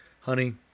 honey